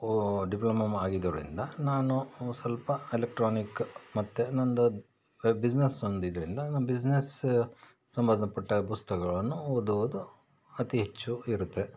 diploma ಆಗಿದ್ದರಿಂದ ನಾನು ಸ್ವಲ್ಪ ಎಲೆಕ್ಟ್ರಾನಿಕ್ ಮತ್ತು ನಂದು ಬಿಸ್ನೆಸ್ ಒಂದು ಇದರಿಂದ ಬಿಸ್ನೆಸ್ ಸಂಬಂಧಪಟ್ಟ ಪುಸ್ತಕಗಳನ್ನು ಓದುವುದು ಅತಿ ಹೆಚ್ಚು ಇರುತ್ತೆ